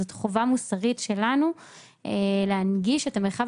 זאת חובה מוסרית שלנו להנגיש את המרחב